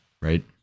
right